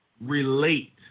relate